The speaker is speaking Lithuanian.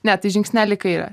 ne tai žingsnelį į kairę